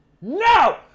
No